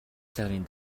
сарын